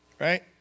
right